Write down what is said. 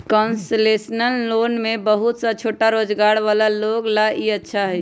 concessional loan में बहुत सा छोटा रोजगार वाला लोग ला ई अच्छा हई